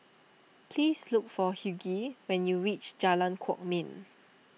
please look for Hughie when you reach Jalan Kwok Min